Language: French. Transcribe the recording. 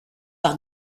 par